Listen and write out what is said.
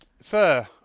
Sir